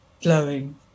glowing